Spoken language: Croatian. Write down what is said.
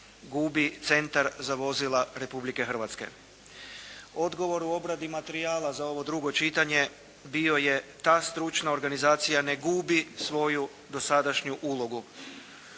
gubi Centar za vozila Republike Hrvatske. Odgovor u obradi materijala za ovo drugo čitanje bio je ta stručna organizacija ne gubi svoju dosadašnju ulogu.